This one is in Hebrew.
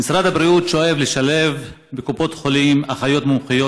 משרד הבריאות שואף לשלב בקופות החולים אחיות מומחיות